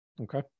Okay